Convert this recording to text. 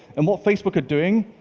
and what facebook are doing,